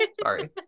Sorry